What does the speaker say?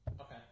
Okay